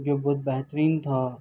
جو بہت بہترین تھا